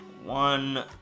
One